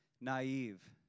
naive